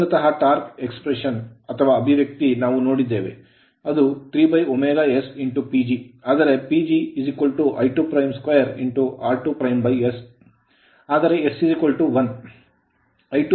ಮೂಲತಃ torque torque expression ಅಭಿವ್ಯಕ್ತಿ ನಾವು ನೋಡಿದ್ದೇವೆ 3s PG ಆದರೆ PG I2'2r2's ಆದರೆ s1